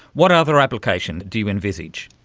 what other applications do you envisage?